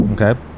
Okay